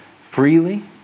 freely